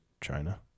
China